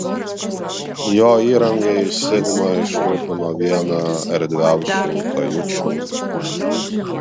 jo įrangai sigma išrūpino vieną erdviausių kajučių